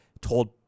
told